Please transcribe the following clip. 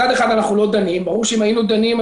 מצד אחד אנחנו לא דנים וברור שאם היינו דנים,